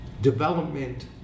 development